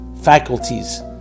faculties